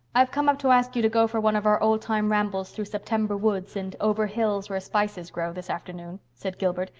i've come up to ask you to go for one of our old-time rambles through september woods and over hills where spices grow this afternoon, said gilbert,